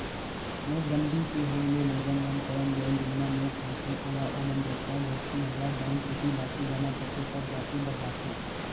नोटबंदी के होय ले लोगन मन करन जउन जुन्ना नोट रहिथे ओला ओमन जतका झटकुन होवय बेंक कोती लाके जमा करथे तब जाके बदलाथे